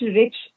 rich